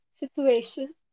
situation